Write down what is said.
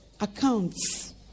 accounts